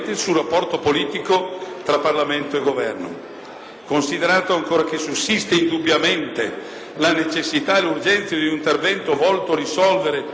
Considerato ancora che sussiste indubbiamente la necessità e l'urgenza di un intervento volto a risolvere la gravissima crisi infrastrutturale del Paese,